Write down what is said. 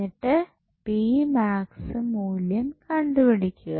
എന്നിട്ട് p max മൂല്യം കണ്ടുപിടിക്കുക